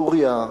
סוריה,